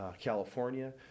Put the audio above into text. California